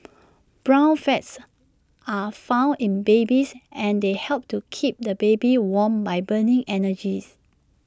brown fats are found in babies and they help to keep the baby warm by burning energy